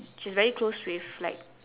she's very close with like